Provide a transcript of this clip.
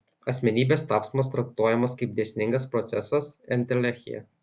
asmenybės tapsmas traktuojamas kaip dėsningas procesas entelechija